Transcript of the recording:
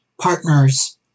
partners